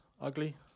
ugly